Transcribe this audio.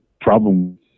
problem